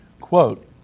Quote